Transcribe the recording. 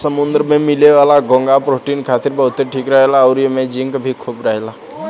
समुंद्र में मिले वाला घोंघा प्रोटीन खातिर बहुते ठीक रहेला अउरी एइमे जिंक भी खूब रहेला